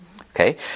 Okay